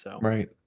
Right